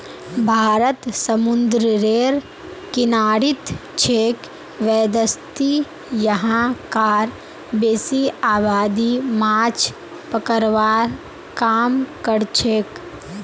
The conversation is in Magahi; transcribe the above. भारत समूंदरेर किनारित छेक वैदसती यहां कार बेसी आबादी माछ पकड़वार काम करछेक